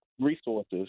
resources